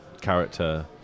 character